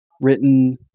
written